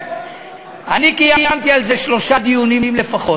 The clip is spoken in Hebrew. אני קיימתי על זה שלושה דיונים לפחות,